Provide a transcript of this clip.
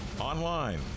online